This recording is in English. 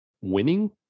winning